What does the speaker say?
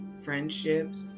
friendships